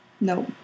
No